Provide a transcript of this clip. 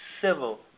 civil